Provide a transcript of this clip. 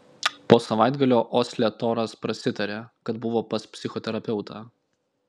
po savaitgalio osle toras prasitarė kad buvo pas psichoterapeutą